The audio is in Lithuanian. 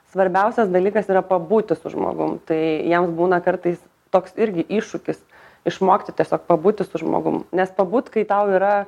svarbiausias dalykas yra pabūti su žmogum tai jiems būna kartais toks irgi iššūkis išmokti tiesiog pabūti su žmogum nes pabūt kai tau yra